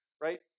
right